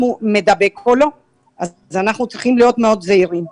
מדבק או לא אז אנחנו צריכים להיות מאוד זהירים.